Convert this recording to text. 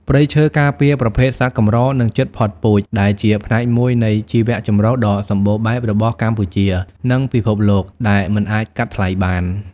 ព្រៃឈើការពារ ប្រភេទសត្វកម្រ និងជិតផុតពូជ ដែលជាផ្នែកមួយនៃជីវៈចម្រុះដ៏សម្បូរបែបរបស់កម្ពុជា និងពិភពលោក ដែលមិនអាចកាត់ថ្លៃបាន។